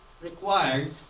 required